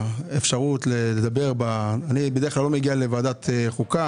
אני בדרך כלל לא מגיע לוועדת חוקה